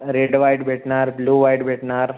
red white भेटणार blue white भेटणार